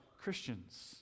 Christians